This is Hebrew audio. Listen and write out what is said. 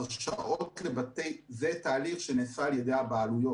הרשאות זה תהליך שנעשה על ידי הבעלויות